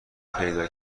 پیدا